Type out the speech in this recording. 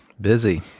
Busy